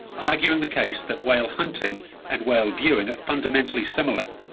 arguing the case that whale hunting and whale viewing are fundamentally similar.